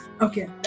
Okay